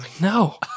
No